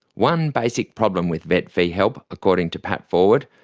one basic problem with vet fee-help, according to pat forward,